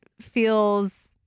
feels